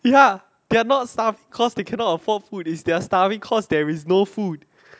ya they're not starved cause they cannot afford food is they are starving cause there is no food